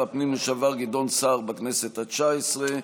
הפנים לשעבר גדעון סער בכנסת התשע-עשרה.